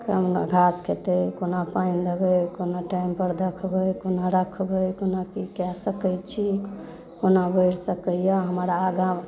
कोना घास खेतय कोना पइन देबै कोना टाइम पर देखबै कोना रखबै कोना की कै सके छी कोना बइढ़ सकैये हमर आगाँ